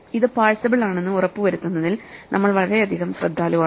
ഇത് പാഴ്സബിൾ ആണെന്ന് ഉറപ്പുവരുത്തുന്നതിൽ നമ്മൾ വളരെയധികം ശ്രദ്ധാലുവാണ്